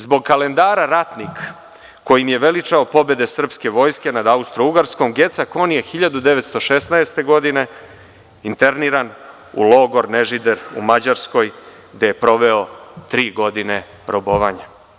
Zbog kalendara „Ratnik“, kojim je veličao pobede srpske vojske nad Austrougarskom, Geca Kon je 1916. godine interniran u logor Nežider u Mađarskoj, gde je proveo tri godine robovanja.